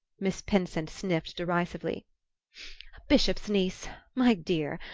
miss pinsent sniffed derisively. a bishop's niece my dear,